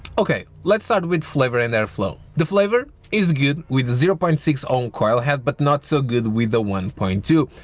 ok let's start with flavor and airflow. the flavor is good with zero point six on coil have but not so good with the one point two.